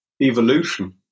Evolution